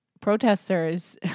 protesters